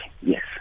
yes